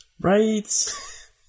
Right